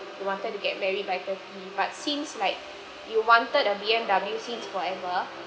you wanted to get married by thirties but since like you wanted a B_M_W since forever